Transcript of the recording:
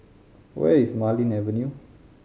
where is Marlene Avenue